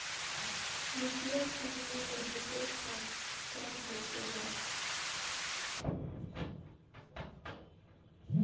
mutual fund में बहुते खतरा होखेला